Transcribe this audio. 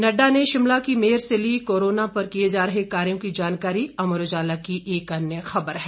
नड्डा ने शिमला की मेयर से ली कोराना पर किए जा रहें कार्यों की जानकारी अमर उजाला की एक अन्य ख़बर है